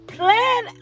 Plan